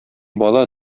бала